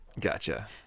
Gotcha